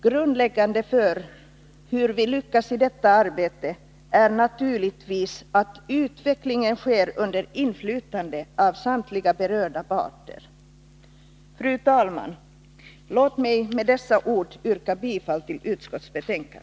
Grundläggande för hur vi lyckas i detta arbete är naturligtvis att utvecklingen sker under inflytande av samtliga berörda parter. Fru talman! Låt mig med dessa ord yrka bifall till utskottets hemställan.